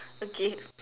okay